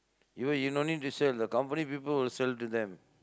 you know you no need to sell the company people will sell it to them